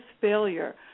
failure